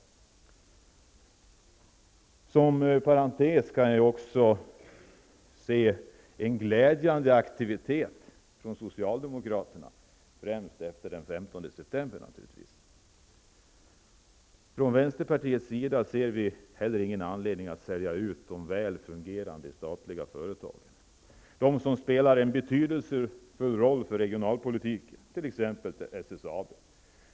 Som parentes kan jag också nämna att jag ser en glädjande aktivitet från socialdemokratisk sida, naturligtvis främst efter den 15 september. Vänsterpartiet ser inte heller någon anledning att sälja ut de väl fungerande statliga företagen som spelar en betydelsefull roll för regionalpolitiken, t.ex. SSAB.